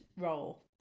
role